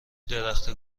درخت